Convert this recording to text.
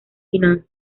finanzas